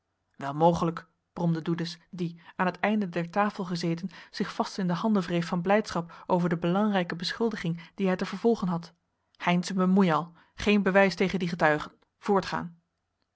wel mogelijk bromde doedes die aan het einde der tafel gezeten zich vast in de handen wreef van blijdschap over de belangrijke beschuldiging die hij te vervolgen had heynsz een bemoeial geen bewijs tegen dien getuige voortgaan